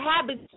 habits